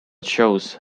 shows